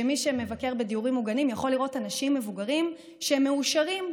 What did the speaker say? ומי שמבקר בדיורים מוגנים יכול לראות אנשים מבוגרים שהם מאושרים,